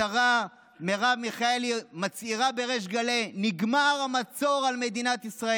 השרה מרב מיכאלי מצהירה בריש גלי: נגמר המצור על מדינת ישראל.